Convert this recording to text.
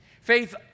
Faith